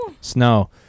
Snow